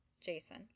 Jason